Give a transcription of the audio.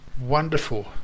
wonderful